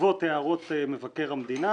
בעקבות הערות מבקר המדינה,